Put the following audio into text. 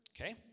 okay